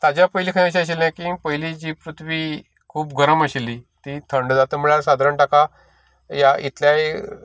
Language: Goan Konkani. ताज्या पयलीं खंय अशें आशिल्लें पयली जी पृथ्वी खूब गरम आशिल्ली ती थंड जाता म्हळ्यार साधारण ताका ह्या इतल्याय